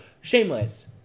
Shameless